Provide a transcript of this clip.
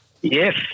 Yes